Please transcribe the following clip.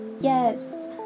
Yes